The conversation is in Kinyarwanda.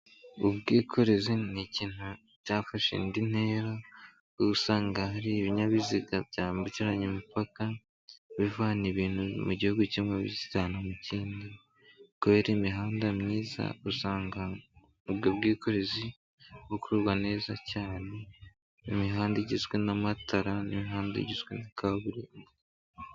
Ubwikorezi ni ikintu cyafashe indi ntera, usanga hari ibinyabiziga byambukiranya imipaka, bivana ibintu mu gihugu kimwe bikijyana mu kindi. Kubera imihanda myiza usanga ubwo bwikorezi bukorwa neza cyane. Mu mihanda igizwe n'amatara n'imihanda igizwe na kaburimbo.